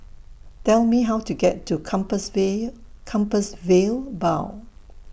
Tell Me How to get to Compassvale Compassvale Bow